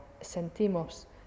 sentimos